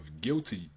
guilty